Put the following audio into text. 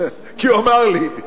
כי הוא אמר לי.